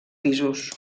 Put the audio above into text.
pisos